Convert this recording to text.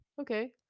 okay